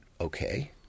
okay